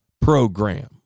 program